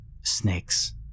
Snakes